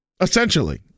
essentially